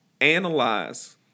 analyze